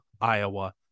iowa